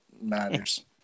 matters